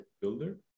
builder